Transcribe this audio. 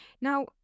Now